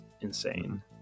insane